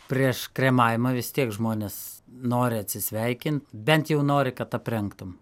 prieš kremavimą vis tiek žmonės nori atsisveikint bent jau nori kad aprengtum